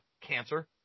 cancer